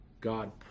God